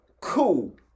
Cool